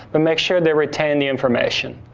but make sure they retain the information.